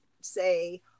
say